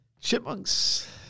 Chipmunks